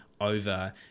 over